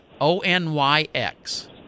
O-N-Y-X